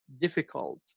difficult